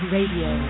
Radio